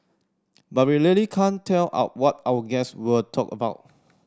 but we really can't tell out what our guests will talk about